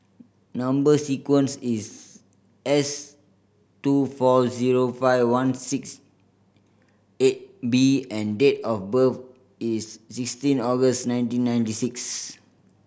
number sequence is S two four zero five one six eight B and date of birth is sixteen August nineteen ninety six